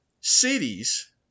cities